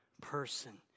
person